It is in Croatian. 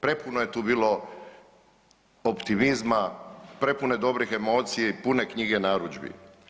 Prepuno je tu bilo optimizma, prepuno dobrih emocija i pune knjige narudžbi.